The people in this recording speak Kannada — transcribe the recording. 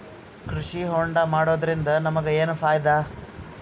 ಕೃಷಿ ಹೋಂಡಾ ಮಾಡೋದ್ರಿಂದ ನಮಗ ಏನ್ ಫಾಯಿದಾ?